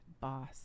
boss